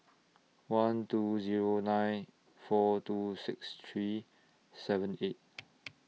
one two Zero nine four two six three seven eight